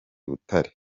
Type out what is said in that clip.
butare